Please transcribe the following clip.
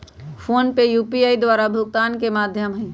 PhonePe UPI द्वारा भुगतान के माध्यम हइ